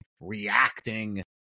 reacting